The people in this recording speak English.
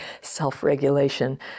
self-regulation